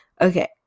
okay